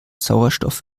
sauerstoff